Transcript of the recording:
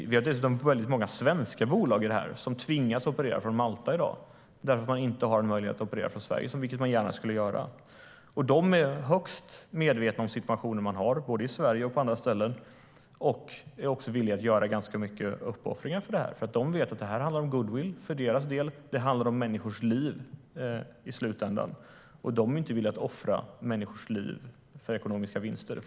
Det finns dessutom många svenska bolag som tvingas operera från Malta i dag eftersom de inte har möjlighet att operera från Sverige, vilket de gärna skulle göra. De är högst medvetna om situationen, både i Sverige och på andra ställen, och är villiga att göra ganska många uppoffringar för det här. De vet att det handlar om goodwill för deras del. I slutändan handlar det om människors liv. Och de är inte villiga att offra människors liv för ekonomiska vinster.